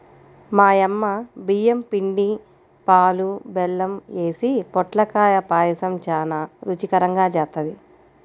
మా యమ్మ బియ్యం పిండి, పాలు, బెల్లం యేసి పొట్లకాయ పాయసం చానా రుచికరంగా జేత్తది